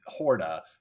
Horda